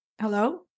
hello